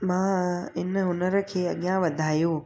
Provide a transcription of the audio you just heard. मां इन हूनर खे अॻियां वधायो